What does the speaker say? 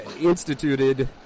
instituted